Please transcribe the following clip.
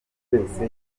wese